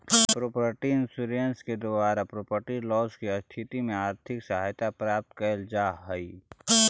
property insurance के द्वारा property loss के स्थिति में आर्थिक सहायता प्राप्त कैल जा हई